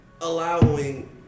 allowing